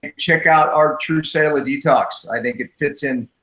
and check out our true cellular detox. i think it fits in